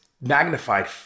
magnified